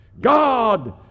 God